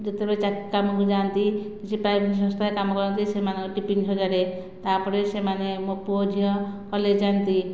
ଯେତବେଳେ କାମକୁ ଯାଆନ୍ତି ସିଏ ପାଇପ ସଂସ୍ଥାରେ କାମ କରନ୍ତି ସେମାନଙ୍କ ଟିଫିନ୍ ସଜାଡ଼େ ତାପରେ ସେମାନେ ମୋ ପୁଅ ଝିଅ କଲେଜ ଯାଆନ୍ତି